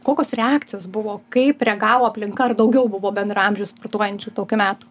kokios reakcijos buvo kaip reagavo aplinka ar daugiau buvo bendraamžių sportuojančių tokių metų